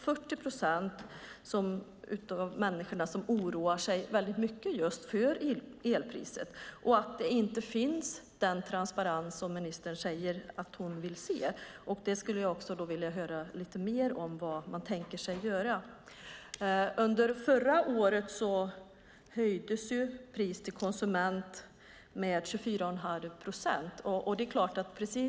40 procent oroar sig väldigt mycket just för elpriset och för att den transparens inte finns som ministern säger att hon vill se. Jag skulle vilja höra lite mer om vad man tänker sig. Förra året höjdes priset till konsumenten med 24,5 procent.